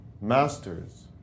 masters